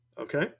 Okay